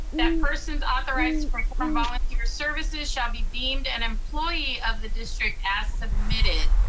that persons authorized to perform volunteer services shall be deemed an employee of the district, as submitted.